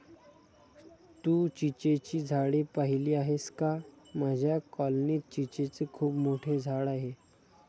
तू चिंचेची झाडे पाहिली आहेस का माझ्या कॉलनीत चिंचेचे खूप मोठे झाड आहे